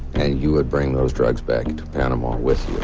and you would bring those drugs back to panama with